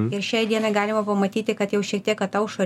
ir šiai dienai galima pamatyti kad jau šiek tiek ataušo